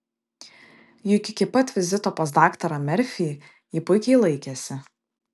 juk iki pat vizito pas daktarą merfį ji puikiai laikėsi